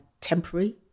temporary